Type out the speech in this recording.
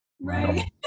Right